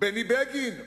בני בגין?